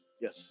Yes